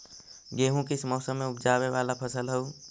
गेहूं किस मौसम में ऊपजावे वाला फसल हउ?